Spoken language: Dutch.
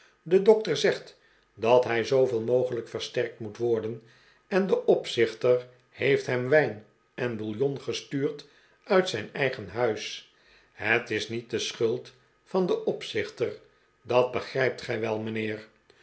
de dokter zegt dat hij zooveel mogelijk versterkt moet worden en de opzichter heeft hem wijn en bouillon gestuurd uit zijn eigen huis het is niet de schuld van den opzichter dat begrijpt gij wel mijnheer